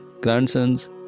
grandsons